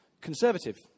conservative